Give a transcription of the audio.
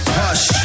hush